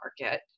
market